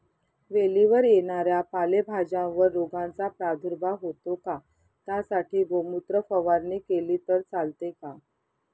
वेलीवर येणाऱ्या पालेभाज्यांवर रोगाचा प्रादुर्भाव होतो का? त्यासाठी गोमूत्र फवारणी केली तर चालते का?